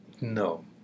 no